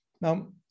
Now